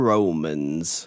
Romans